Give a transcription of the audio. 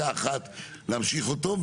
להמשיך אותו,